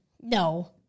no